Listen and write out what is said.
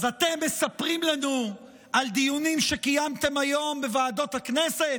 אז אתם מספרים לנו על דיונים שקיימתם היום בוועדות הכנסת?